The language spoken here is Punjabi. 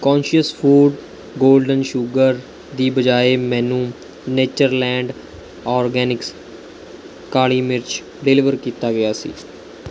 ਕੌਨਸ਼ਿਅਸ ਫੂਡ ਗੋਲਡਨ ਸ਼ੂਗਰ ਦੀ ਬਜਾਏ ਮੈਨੂੰ ਨੇਚਰਲੈਂਡ ਆਰਗੈਨਿਕਸ ਕਾਲੀ ਮਿਰਚ ਡਿਲੀਵਰ ਕੀਤਾ ਗਿਆ ਸੀ